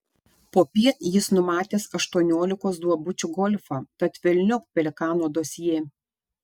popiet jis numatęs aštuoniolikos duobučių golfą tad velniop pelikano dosjė